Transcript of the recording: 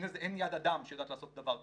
אין יד אדם שיודעת לעשות דבר כזה.